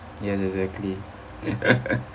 yes exactly